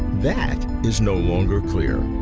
that is no longer clear.